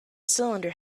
cylinder